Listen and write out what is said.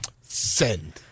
send